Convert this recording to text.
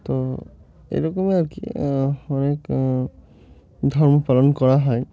তো এরকমই আর কি অনেক ধর্ম পালন করা হয়